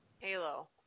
Halo